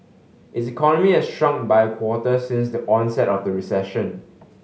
its economy has shrunk by a quarter since the onset of the recession